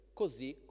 così